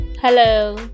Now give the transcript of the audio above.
Hello